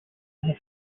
his